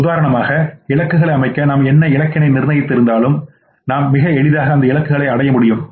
உதாரணமாக இலக்குகளை அமைக்க நாம் எண்ண இலக்கினை நிர்ணயித்திருந்தாலும் நாம் மிக எளிதாக அந்த இலக்குகளை அடைய முடியும்